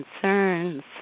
concerns